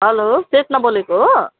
hello Chetna बोलेको हो